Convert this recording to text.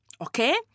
Okay